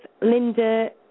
Linda